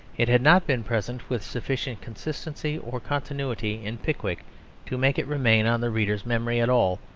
it had not been present with sufficient consistency or continuity in pickwick to make it remain on the reader's memory at all,